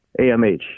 AMH